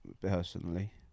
personally